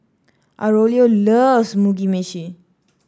Aurelio loves Mugi Meshi